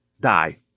die